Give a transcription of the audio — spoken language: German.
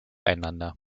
einander